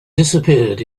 disappeared